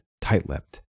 tight-lipped